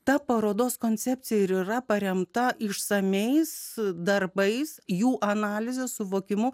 ta parodos koncepcija ir yra paremta išsamiais darbais jų analizės suvokimu